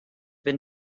been